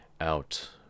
out